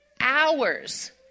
Hours